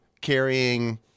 carrying